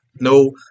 no